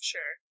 Sure